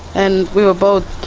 and we were both,